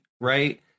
right